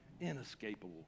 inescapable